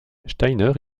steiner